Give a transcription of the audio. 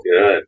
good